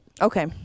okay